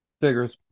figures